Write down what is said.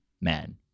Man